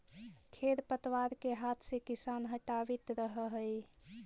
खेर पतवार के हाथ से किसान हटावित रहऽ हई